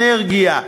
אנרגיה,